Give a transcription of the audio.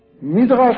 Midrash